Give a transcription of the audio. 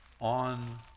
on